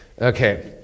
Okay